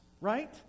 right